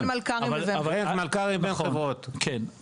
כן,